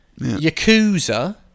Yakuza